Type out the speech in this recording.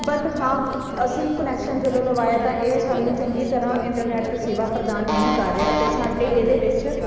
but ਹਾਂ ਅਸੀਂ connection ਜਦੋਂ ਲਗਵਾਇਆ ਤਾਂ ਇਹ ਸਾਨੂੰ ਚੰਗੀ ਤਰ੍ਹਾਂ ਇੰਟਰਨੈਟ ਸੇਵਾ ਪ੍ਰਦਾਨ ਨਹੀਂ ਕਰ ਰਿਹਾ ਅਤੇ ਸਾਡੇ ਇਹਦੇ ਵਿੱਚ